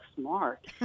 smart